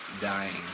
dying